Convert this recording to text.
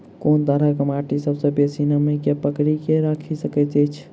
कोन तरहक माटि सबसँ बेसी नमी केँ पकड़ि केँ राखि सकैत अछि?